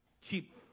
cheap